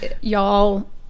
y'all